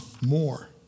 more